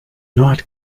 not